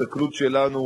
בהחלט השתדלתי